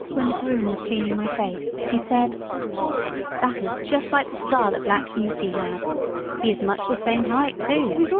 when the groom was cleaning my face, he said that is just like the star that black beauty had he is much the same height, too.